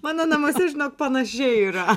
mano namuose žinok panašiai yra